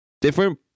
different